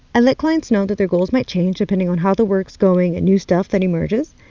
i let clients know that their goals might change depending on how the work's going and new stuff that emerges.